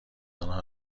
انها